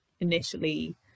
initially